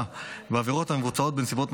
בעבירות המבוצעות בנסיבות מחמירות,